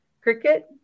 Cricket